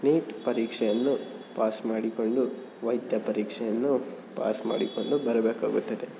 neat ಪರೀಕ್ಷೆಯನ್ನು pass ಮಾಡಿಕೊಂಡು ವೈದ್ಯ ಪರೀಕ್ಷೆಯನ್ನು ಪಾಸ್ ಮಾಡಿಕೊಂಡು ಬರಬೇಕಾಗುತ್ತದೆ